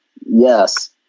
Yes